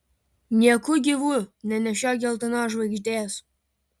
nieku gyvu nenešiok geltonos žvaigždės